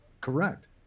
correct